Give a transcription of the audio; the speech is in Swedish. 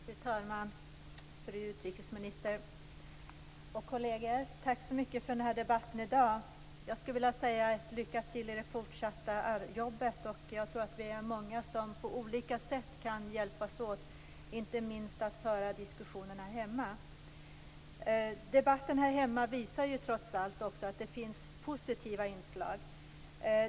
Fru talman! Fru utrikesminister! Kolleger! Tack så mycket för den här debatten i dag! Jag skulle vilja säga lycka till i det fortsatta jobbet. Jag tror att vi är många som på olika sätt kan hjälpas åt, inte minst att föra diskussionen här hemma. Debatten här hemma visar trots allt att det också finns positiva inslag.